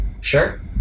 sure